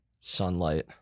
Sunlight